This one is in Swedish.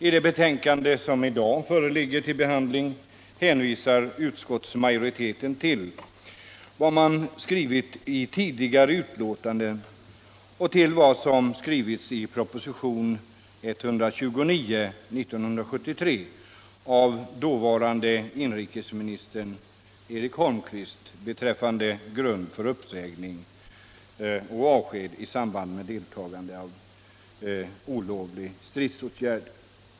I det betänkande som i dag föreligger till behandling hänvisar utskottsmajoriteten till vad man skrivit i tidigare betänkanden och till vad som skrivits i propositionen 129 år 1973 av dåvarande inrikesministern Eric Holmqvist beträffande grund för uppsägning och avsked i samband med deltagande i olovlig konflikt.